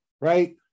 right